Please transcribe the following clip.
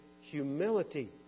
humility